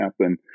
happen